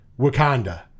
Wakanda